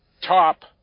top